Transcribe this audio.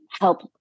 help